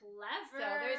Clever